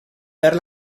perd